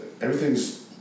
everything's